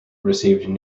received